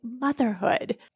motherhood